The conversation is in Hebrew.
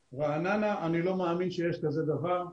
ברעננה, אני לא מאמין שיש כזה דבר.